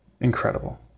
incredible